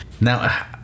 Now